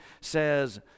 says